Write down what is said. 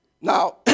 Now